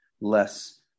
less